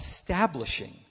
establishing